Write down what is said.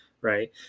right